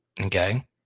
Okay